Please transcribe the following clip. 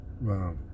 Wow